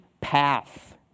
path